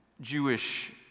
Jewish